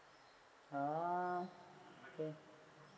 ah okay